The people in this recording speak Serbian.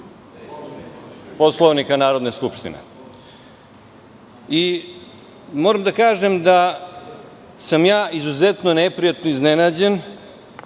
Poslovnika Narodne skupštine. Moram da kažem da sam ja izuzetno neprijatno iznenađen,